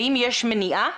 האם יש מניעה?